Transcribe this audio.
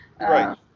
Right